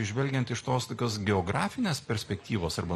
žvelgiant iš tos tokios geografinės perspektyvos arba